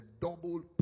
double